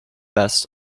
best